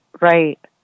Right